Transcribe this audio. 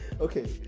Okay